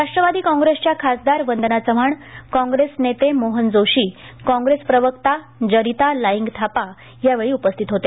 राष्ट्रवादी काँग्रेसच्या खासदर वंदना चव्हाण काँग्रेस नेते मोहन जोशी काँग्रेस प्रवक्ता जरिता लाइंगथापा यावेळी उपस्थित होते